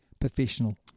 professional